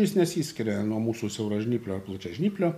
jis nesiskiria nuo mūsų siauražnyplio ar plačiažnyplio